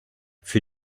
für